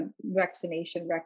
vaccination